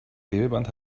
klebeband